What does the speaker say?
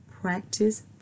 practice